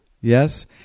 Yes